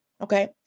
okay